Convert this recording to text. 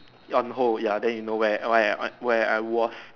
on hold ya then you know where where I where I was